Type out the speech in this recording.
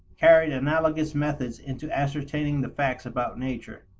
carried analogous methods into ascertaining the facts about nature.